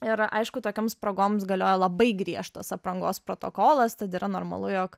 ir aišku tokioms progoms galioja labai griežtos aprangos protokolas tad yra normalu jog